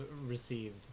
received